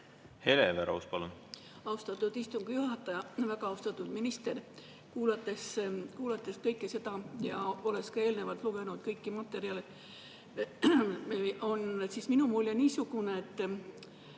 Hele Everaus, palun! Austatud istungi juhataja! Väga austatud minister! Kuulates kõike seda ja olles ka eelnevalt lugenud kõiki materjale, on minu mulje niisugune, et